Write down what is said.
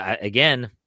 again